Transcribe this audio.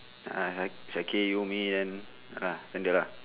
ah syakir you me and ah vantilah